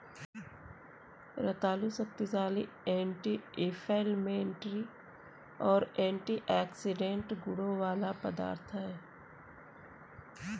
रतालू शक्तिशाली anti inflammatory और एंटीऑक्सीडेंट गुणों वाला पदार्थ है